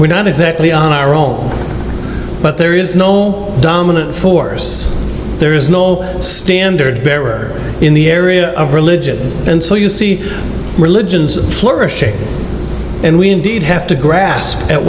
we're not exactly on our own but there is no dominant force there is no standard bearer in the area of religion and so you see religions flourish and we indeed have to grasp at